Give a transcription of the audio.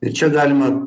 ir čia galima